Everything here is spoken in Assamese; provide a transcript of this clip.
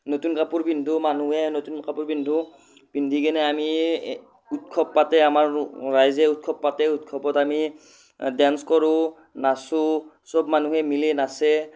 নতুন কাপোৰ পিন্ধোঁ মানুহে নতুন কাপোৰ পিন্ধোঁ পিন্ধি কিনে আমি উৎসৱ পাতে আমাৰ ৰাইজে উৎসৱ পাতে উৎসৱত আমি ডেন্স কৰোঁ নাচোঁ চব মানুহে মিলি নাচে